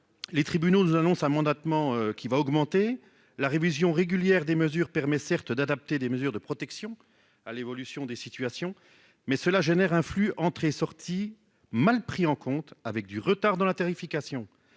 les tribunaux nous annonce mandatement qui va augmenter la révision régulière des mesures permet certes d'adapter des mesures de protection à l'évolution des situations mais cela génère un flux entrée sortie mal pris en compte avec du retard dans la tarification,